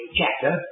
chapter